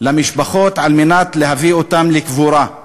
למשפחות כדי להביא אותן לקבורה.